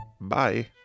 Bye